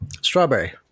Strawberry